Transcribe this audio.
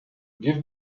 give